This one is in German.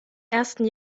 ersten